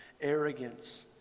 arrogance